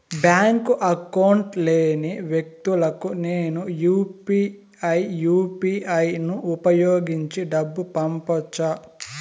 Bank account లేని వ్యక్తులకు నేను యు పి ఐ యు.పి.ఐ ను ఉపయోగించి డబ్బు పంపొచ్చా?